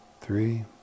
three